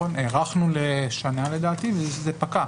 נכון, הארכנו לשנה לדעתי וזה פקע.